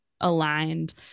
aligned